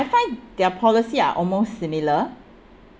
find their policy are almost similar